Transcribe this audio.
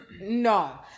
no